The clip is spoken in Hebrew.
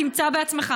תמצא בעצמך,